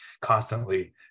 constantly